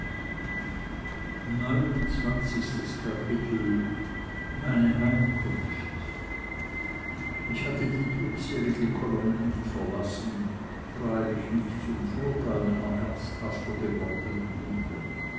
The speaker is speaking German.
meine heimkunft ich hatte die trübselige kolonne nicht verlassen freilich nicht zum vorteil meiner ernsthafter gewordenen wunde